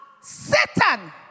Satan